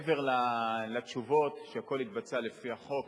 מעבר לתשובות שהכול התבצע לפי החוק,